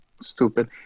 stupid